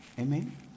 Amen